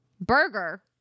Burger